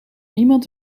niemand